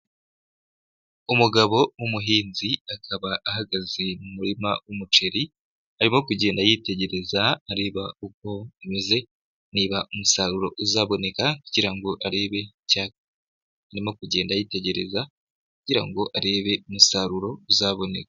Umugabo w'umuhinzi akaba ahagaze mu murima w'umuceri arimo kugenda yitegereza areba uko umeze, niba umusaruro uzaboneka, kugira ngo arebe arimo kugenda yitegereza kugira ngo arebe umusaruro uzaboneka.